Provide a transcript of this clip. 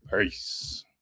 peace